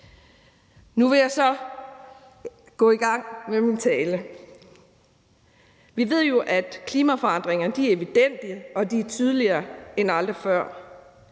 Nu vil jeg så gå i gang med min tale. Vi ved jo, at klimaforandringerne er evidente, og de er tydeligere end nogensinde før.